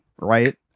right